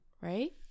right